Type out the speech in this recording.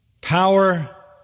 power